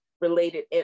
related